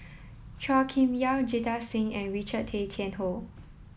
Chua Kim Yeow Jita Singh and Richard Tay Tian Hoe